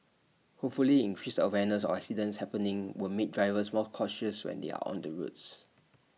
hopefully increased awareness of accidents happening would make drivers more cautious when they are on the roads